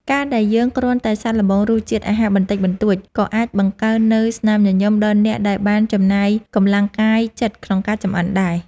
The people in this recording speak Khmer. ការដែលយើងគ្រាន់តែសាកល្បងរសជាតិអាហារបន្តិចបន្តួច ក៏អាចបង្កើននូវស្នាមញញឹមដល់អ្នកដែលបានចំណាយកម្លាំងកាយចិត្តក្នុងការចម្អិនដែរ។